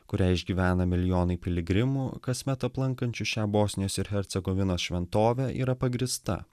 kurią išgyvena milijonai piligrimų kasmet aplankančių šią bosnijos ir hercegovinos šventovę yra pagrįsta